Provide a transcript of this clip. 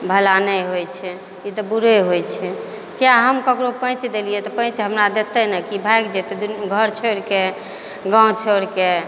भला नहि होइ छै ई तऽ बुरे होइ छै किया हम ककरो पैँच देलियै तऽ पैँच हमरा देतै नऽ कि भागि जेतै दुनू घर छोड़िके गाम छोड़िके